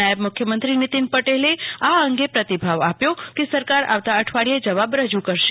નાયબ મુખ્યમંત્રી નીતિન પટેલે આ અંગે પ્રતિભાવ આપ્યો કે સરકાર આવતા અઠવાડિયે જવાબ રજૂ કરશે